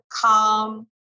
calm